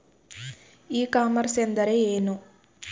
E commerce ಎಂದರೆ ಏನು?